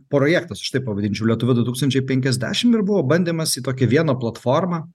projektas aš taip pavadinčiau lietuva du tūkstančiai penkiasdešim ir buvo bandymas į tokią vieną platformą